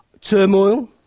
turmoil